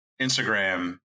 Instagram